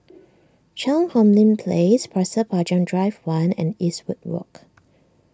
Cheang Hong Lim Place Pasir Panjang Drive one and Eastwood Walk